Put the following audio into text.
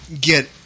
get